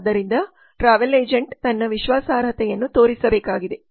ಆದ್ದರಿಂದ travel agent ತನ್ನ ವಿಶ್ವಾಸಾರ್ಹತೆಯನ್ನು ತೋರಿಸಬೇಕಾಗಿದೆ